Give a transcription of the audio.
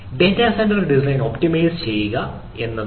data centre design optimise ചെയ്യുക ഇവ ആണ്